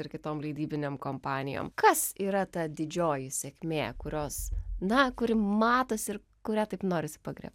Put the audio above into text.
ir kitom leidybinėm kompanijom kas yra ta didžioji sėkmė kurios na kuri matosi ir kurią taip norisi pagriebt